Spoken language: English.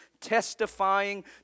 testifying